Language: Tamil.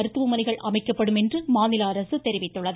மருத்துவமனைகள் அமைக்கப்படும் என்று மாநில அரசு தெரிவித்துள்ளது